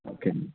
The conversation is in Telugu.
ఓకే అండి